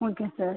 okay sir